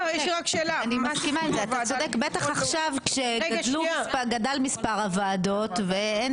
בטח עכשיו כשגדל מספר הוועדות ואין